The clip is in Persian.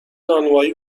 نانوایی